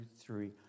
three